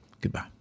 Goodbye